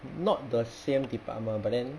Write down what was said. not the same department but then